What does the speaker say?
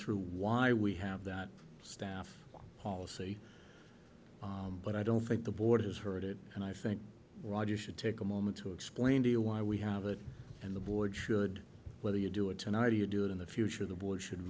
through why we have that staff policy but i don't think the board has heard it and i think roger should take a moment to explain to you why we have it in the void should whether you do it and i do you do it in the future the board should